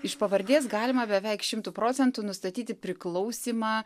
iš pavardės galima beveik šimtu procentų nustatyti priklausymą